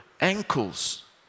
ankles